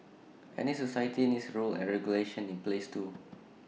any society needs rules and regulations in place too